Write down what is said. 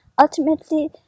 ultimately